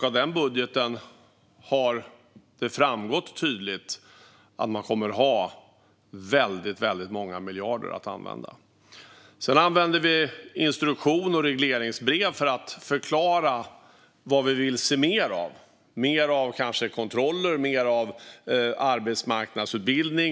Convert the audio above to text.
Av denna budget har det framgått tydligt att Arbetsförmedlingen kommer att ha väldigt många miljarder att använda. Vi använder instruktioner och regleringsbrev för att förklara vad vi vill se mer av. Vi kanske vill se mer av kontroller eller arbetsmarknadsutbildning.